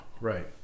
Right